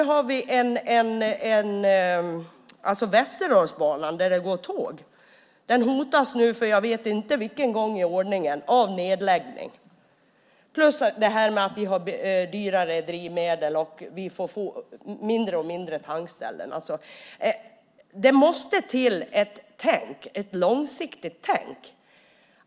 Västerdalsbanan, tågbanan, hotas nu - jag vet inte för vilken gång i ordningen - av nedläggning. Dessutom har vi dyrare drivmedel och får allt färre tankställen. Det måste till ett långsiktigt tänk.